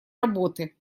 работы